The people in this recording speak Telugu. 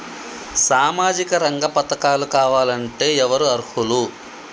సామాజిక రంగ పథకాలు కావాలంటే ఎవరు అర్హులు?